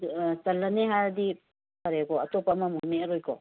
ꯑꯥ ꯆꯜꯂꯅꯤ ꯍꯥꯏꯔꯗꯤ ꯐꯔꯦꯀꯣ ꯑꯇꯣꯞꯄ ꯑꯃꯃꯨꯛ ꯅꯦꯛꯑꯔꯣꯏꯀꯣ